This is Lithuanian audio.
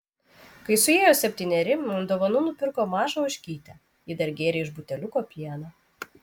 kai suėjo septyneri man dovanų nupirko mažą ožkytę ji dar gėrė iš buteliuko pieną